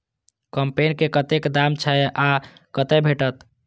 कम्पेन के कतेक दाम छै आ कतय भेटत?